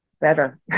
better